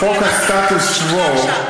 חוק הסטטוס קוו,